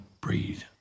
breathe